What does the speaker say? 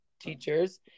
teachers